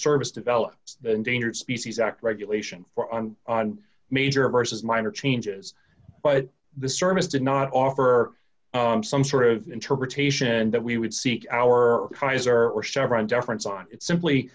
service develops the endangered species act regulation for and on major versus minor changes but the service did not offer some sort of interpretation that we would seek our kaiser or chevron deference on it's simply